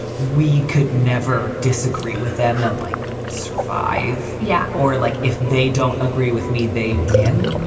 we could never disagree with them and like survive. yeah. or like if they don't agree with me, they win.